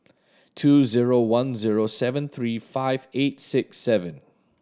two zero one zero seven three five eight six seven